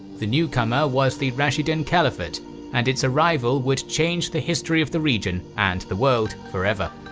the newcomer was the rashidun caliphate and its arrival would change the history of the region and the world forever.